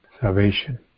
Salvation